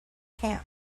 camp